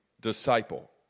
disciple